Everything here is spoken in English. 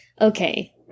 Okay